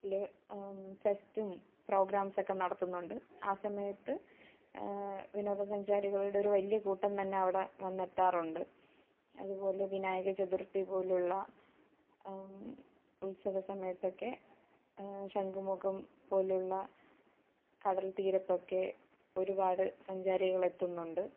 ല് ഫെസ്റ്റും പ്രോഗ്രാംസ് ഒക്കെ നടത്തുന്നുണ്ട് ആ സമയത്ത് വിനോദസഞ്ചാരികളുടെ ഒരു വലിയ കൂട്ടം തന്നെ അവിടെ വന്നെത്താറുണ്ട് അതുപോലെ വിനായക ചതുര്ത്ഥി പോലുള്ള ഉത്സവസമയത്തൊക്കെ ശംഖുമുഖം പോലുള്ള കടല്തീരത്തൊക്കെ ഒരുപാട് സഞ്ചാരികള് എത്തുന്നുണ്ട്